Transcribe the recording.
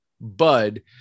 bud